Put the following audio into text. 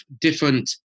different